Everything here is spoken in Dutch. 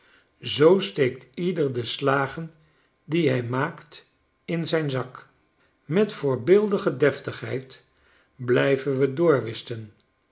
zoo steekt ieder de slagen die hij maakt in zijn zak met voorbeeldige deftigheid blijven we